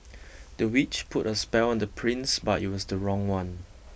the witch put a spell on the prince but it was the wrong one